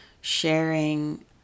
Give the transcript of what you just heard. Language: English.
sharing